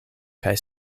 kaj